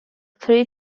three